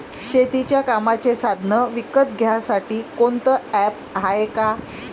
शेतीच्या कामाचे साधनं विकत घ्यासाठी कोनतं ॲप हाये का?